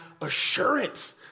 assurance